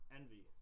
envy